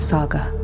Saga